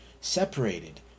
separated